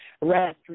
rest